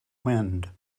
wind